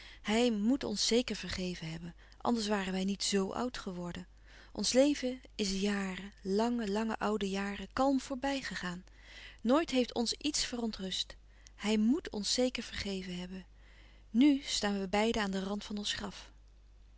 hij moèt ons zeker vergeven hebben anders waren wij niet zo oud geworden ons leven is jaren lange lange oude jaren kalm voorbij gegaan nooit heeft ons iets verontrust hij moet ons zeker vergeven hebben nù staan we beiden aan den rand van ons graf